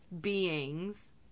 beings